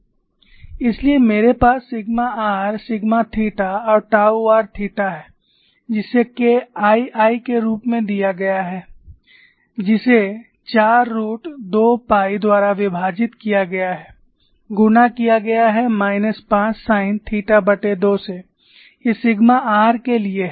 इसलिए मेरे पास सिग्मा r सिग्मा थीटा और टाऊ r थीटा है जिसे K II के रूप में दिया गया है जिसे 4 रूट 2 पाई द्वारा विभाजित किया गया है गुना किया गया है माइनस 5 साइन थीटा2 से ये सिग्मा r के लिए है